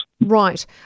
Right